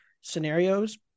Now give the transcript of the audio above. scenarios